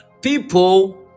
people